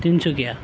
Tinsukia